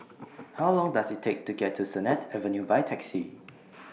How Long Does IT Take to get to Sennett Avenue By Taxi